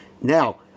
now